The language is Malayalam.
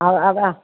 ആ അതാ